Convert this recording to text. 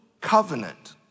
covenant